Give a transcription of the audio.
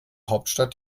hauptstadt